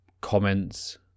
comments